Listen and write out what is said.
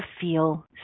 feel